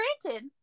granted